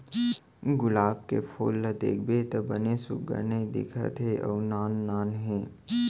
गुलाब के फूल ल देखबे त बने सुग्घर नइ दिखत हे अउ नान नान हे